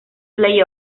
play